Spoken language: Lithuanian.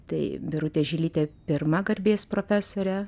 tai birutė žilytė pirma garbės profesorė